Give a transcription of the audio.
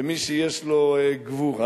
ומי שיש לו גבורה,